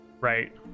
right